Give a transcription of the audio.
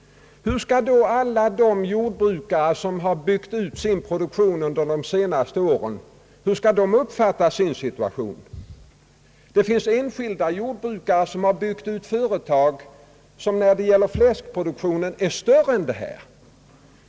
Hur skall då alla de jordbrukare som har byggt ut sin produktion under de senaste åren uppfatta sin situation? Det finns enskilda jordbrukare som har byggt ut företag, vilka när det gäller fläskproduktionen är större än detta.